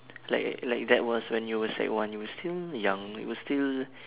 like like that was when you were sec one you were still young you were still